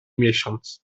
miesiąc